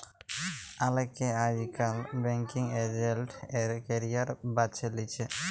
অলেকে আইজকাল banking agent এর ক্যারিয়ার বাছে লিছে